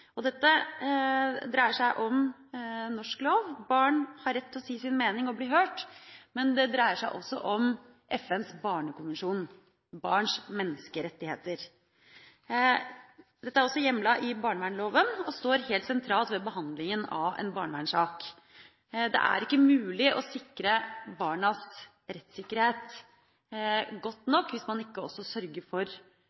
Dette dreier seg om norsk lov. Barn har rett til å si sin mening og bli hørt. Det dreier seg også om FNs barnekonvensjon, barns menneskerettigheter. Dette er også hjemlet i barnevernsloven og står helt sentralt ved behandlinga av en barnevernssak. Det er ikke mulig å sikre barnas rettssikkerhet godt